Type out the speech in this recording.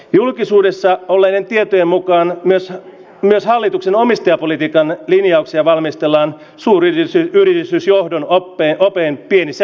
julkisuudessa olleiden tietojen mukaan mies myös hallituksen omistajapolitiikan linjauksia valmistellaan suurin ja sen rooliinsa johdon ottein opein pienissä